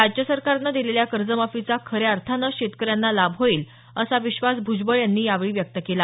राज्य सरकारनं दिलेल्या कर्जमाफीचा खऱ्या अर्थानं शेतकऱ्यांना लाभ होईल असा विश्वास भुजबळ यांनी यावेळी व्यक्त केला